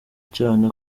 cyane